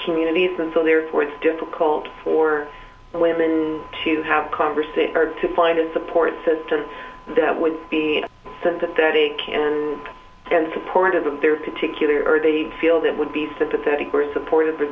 communities and so therefore it's difficult for women to have conversations or to find a support system that would be sympathetic and and supportive of their particular or they feel that would be sympathetic were supportive